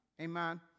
Amen